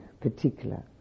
particular